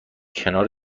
کنار